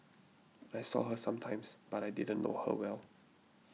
I saw her sometimes but I didn't know her well